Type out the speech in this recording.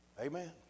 Amen